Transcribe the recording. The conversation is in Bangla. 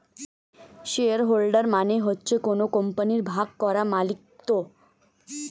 শেয়ার হোল্ডার মানে হচ্ছে কোন কোম্পানির ভাগ করা মালিকত্ব